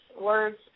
words